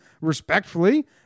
respectfully